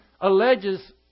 alleges